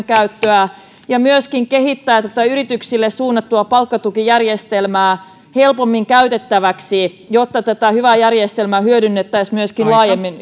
käyttöä ja myöskin kehittää tätä yrityksille suunnattua palkkatukijärjestelmää helpommin käytettäväksi jotta tätä hyvää järjestelmää hyödynnettäisiin laajemmin